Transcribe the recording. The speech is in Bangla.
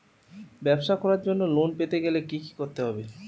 ব্যবসা করার জন্য লোন পেতে গেলে কি কি করতে হবে?